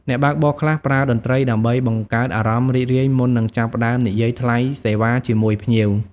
អ្នកបើកបរខ្លះប្រើតន្ត្រីដើម្បីបង្កើតអារម្មណ៍រីករាយមុននឹងចាប់ផ្តើមនិយាយថ្លៃសេវាជាមួយភ្ញៀវ។